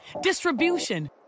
distribution